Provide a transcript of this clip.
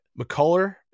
McCuller